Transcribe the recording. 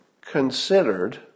considered